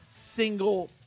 single